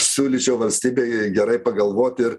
siūlyčiau valstybei gerai pagalvot ir